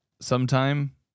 sometime